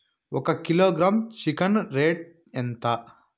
ఒక kilogram chicken rate ఎంత?